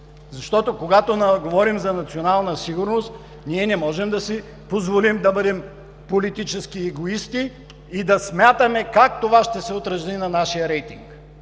Защото, когато говорим за национална сигурност, ние не можем да си позволим да бъдем политически егоисти и да смятаме как това ще се отрази на нашия рейтинг.